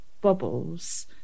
bubbles